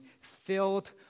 filled